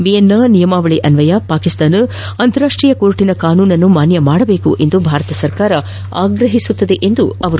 ವಿಯೆನ್ನಾದ ನಿಯಮಾವಳಿ ಅನ್ವಯ ಪಾಕಿಸ್ತಾನ ಅಂತಾರಾಷ್ಟೀಯ ನ್ಯಾಯಾಲಯದ ಕಾನೂನನ್ನು ಮಾನ್ಯ ಮಾಡಬೇಕು ಎಂದು ಭಾರತ ಒತ್ತಾಯಿಸುತ್ತದೆ ಎಂದರು